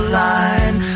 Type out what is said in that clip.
line